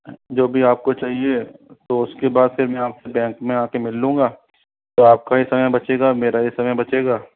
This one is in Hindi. जो भी आपको चाहिए तो उसके बाद फ़िर मैं बैंक में आकर मिल लूँगा तो आपका भी समय बचेगा मेरा समय भी बचेगा